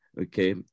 okay